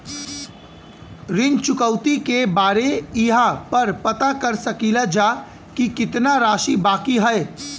ऋण चुकौती के बारे इहाँ पर पता कर सकीला जा कि कितना राशि बाकी हैं?